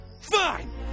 Fine